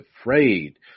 afraid